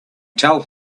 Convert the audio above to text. tell